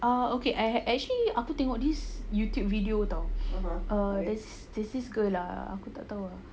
uh okay I had actually aku tengok this YouTube video [tau] err this this there's this girl lah aku tak tahu ah